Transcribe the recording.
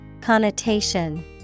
Connotation